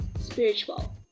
spiritual